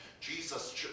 Jesus